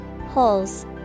Holes